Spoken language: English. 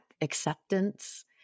acceptance